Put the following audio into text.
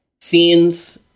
scenes